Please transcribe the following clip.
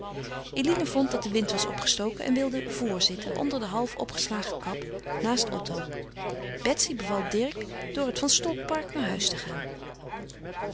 eline vond dat de wind was opgestoken en wilde vor zitten onder de half opgeslagen kap naast otto betsy beval dirk door het van stolkpark naar huis te gaan